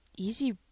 Easy